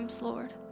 Lord